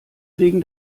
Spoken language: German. wegen